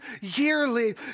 yearly